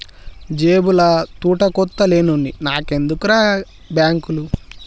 జేబుల తూటుకొత్త లేనోన్ని నాకెందుకుర్రా బాంకులు